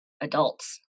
adults